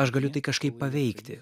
aš galiu tai kažkaip paveikti